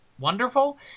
Wonderful